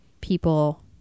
people